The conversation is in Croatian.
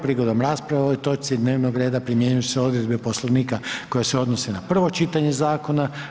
Prigodom rasprave o ovoj točci dnevnog reda primjenjuju se odredbe Poslovnika koje se odnose na prvo čitanje zakona.